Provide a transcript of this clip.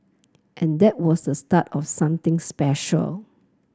and that was the start of something special